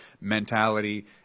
mentality